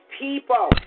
people